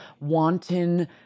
wanton